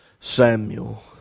Samuel